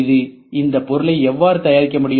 இது இந்த பொருளை எவ்வாறு தயாரிக்க முடியும்